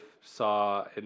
saw